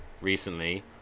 recently